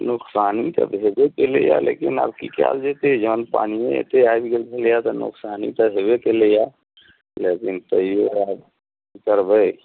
नुकसानी तऽ भेबे कयलैया लेकिन आब की कयल जयतै जहन पानिये एतेक आबि गेल छलैया जे नुकसानी तऽ होयबे कयलैया लेकिन तैयो राह कि करबै